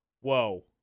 whoa